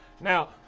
Now